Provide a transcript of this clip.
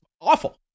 awful